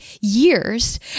years